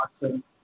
awesome